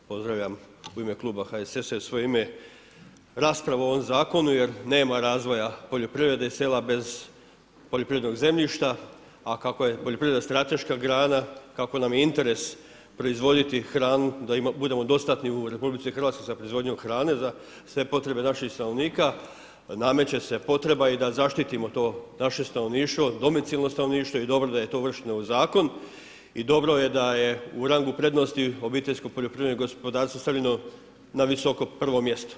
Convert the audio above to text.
Pozdravljam u ime kluba HSS-a i u svoje ime raspravu o ovom zakonu jer nema razvoja poljoprivrede i sela bez poljoprivrednog zemljišta a kako je poljoprivreda strateška grana, kako nam je interes proizvoditi hranu da budemo dostatni u RH za proizvodnju hrane, za sve potrebe naših stanovnika, nameće se potreba da i zaštitimo to naše stanovništvo, domicilno stanovništvo i dobro da je to uvršteno u zakon i dobro je daje u rangu prednosti, OPG stavljeno na visoko prvo mjesto.